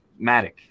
matic